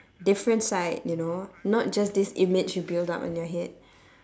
different side you know not just this image you build up in your head